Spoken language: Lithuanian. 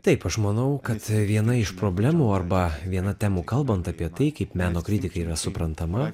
taip aš manau kad viena iš problemų arba viena temų kalbant apie tai kaip meno kritikai yra suprantama